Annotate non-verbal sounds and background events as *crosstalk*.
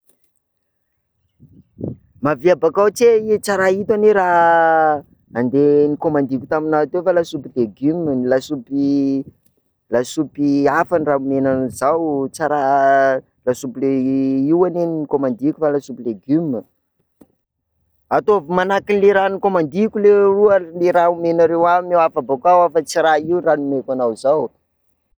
Miavia bakao tse ie, tsa raha ito nge raha *hesitation* ande nikomandiko taminao teo fa lasopy légume, ny lasopy, lasopy hafa no raha omenao zaho, tsa raha lasopy le- *hesitation* io anie no nikomandiko fa lasopy légume, ataovy manahaka an'ilay raha nikomandiko leroa le raha omenareo aho, omeo hafa bakao aho, tsa raha io raha nomeko anao zao.